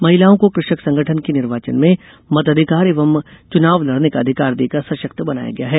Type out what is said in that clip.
महिलाओं को कृषक संगठन के निर्वाचन में मताधिकार एवं चुनाव लड़ने का अधिकार देकर सशक्त बनाया गया है